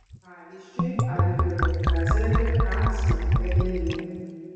pavyzdžiui algirdo kazragio ką slepia gelmė